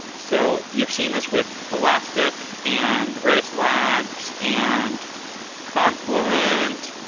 so, you've seen this with elastic and redis labs and confluent,